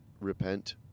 repent